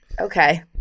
Okay